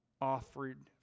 Offered